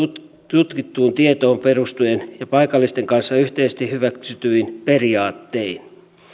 tutkittuun tietoon perustuen ja paikallisten kanssa yhteisesti hyväksytyin periaattein